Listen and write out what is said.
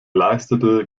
leistete